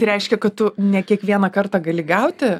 reiškia kad tu ne kiekvieną kartą gali gauti